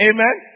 Amen